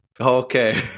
Okay